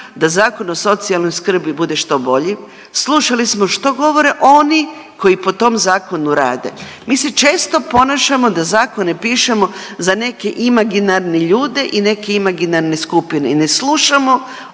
da Zakon o socijalnoj skrbi bude što bolji, slušali smo što govore oni koji po tom zakonu rade. Mi se često ponašamo da zakone pišemo za neke imaginarne ljude i neke imaginarne skupine i ne slušamo